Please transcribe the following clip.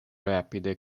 rapide